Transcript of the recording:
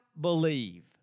believe